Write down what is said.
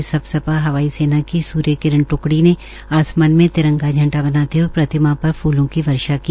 इस अवसर पर हवाई सेना की सूर्य किरण ट्कड़ी ने आसमान में तिरंगा झंडा बनाते हए प्रतिमा पर फूलों की वर्षा की